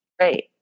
Right